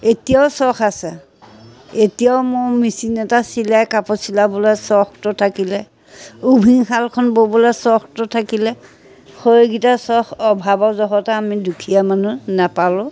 এতিয়াও চখ আছে এতিয়াও মোৰ মেচিন এটা চিলাই কাপোৰ চিলাবলৈ চখটো থাকিলে উভিনশালখন ব'বলৈ চখটো থাকিলে সেইকেইটা চখ অভাৱৰ যহতে আমি দুখীয়া মানুহ নাপালোঁ